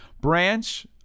branch